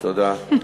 תודה,